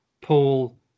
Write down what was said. Paul